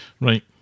Right